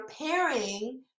pairing